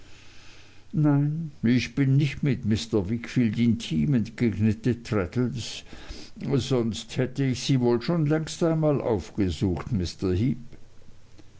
nein ich bin nicht mit mr wickfield intim entgegnete traddles sonst hätte ich sie wohl schon längst einmal aufgesucht